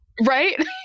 right